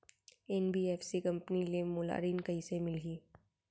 NBFC company ले मोला ऋण कइसे मिलही?